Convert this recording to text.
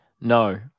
No